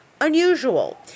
unusual